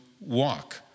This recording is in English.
walk